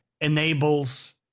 enables